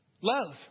love